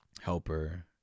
helper